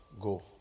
go